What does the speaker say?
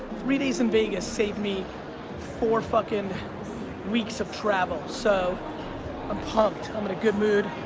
three days in vegas saved me four fuckin' weeks of travel. so i'm pumped, i'm in a good mood.